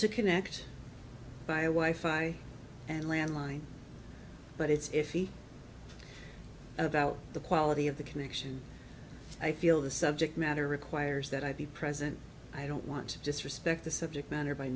to connect my wife i and landline but it's if he about the quality of the connection i feel the subject matter requires that i be present i don't want to disrespect the subject matter by